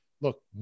look